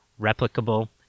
replicable